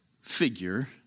figure